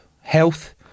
health